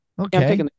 Okay